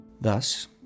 Thus